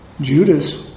Judas